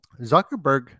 Zuckerberg